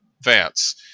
Vance